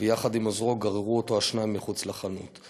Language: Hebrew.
וביחד עם עוזרו גררו אותו השניים אל מחוץ לחנות.